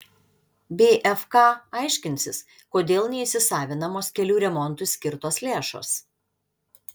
bfk aiškinsis kodėl neįsisavinamos kelių remontui skirtos lėšos